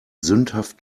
sündhaft